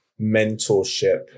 mentorship